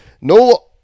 no